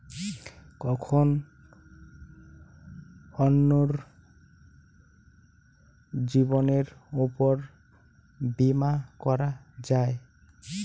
কখন অন্যের জীবনের উপর বীমা করা যায়?